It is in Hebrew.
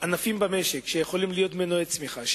ענפים במשק שיכולים להיות מנועי צמיחה,